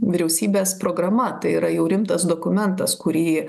vyriausybės programa tai yra jau rimtas dokumentas kurį